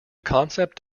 concept